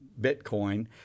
Bitcoin